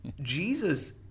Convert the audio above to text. Jesus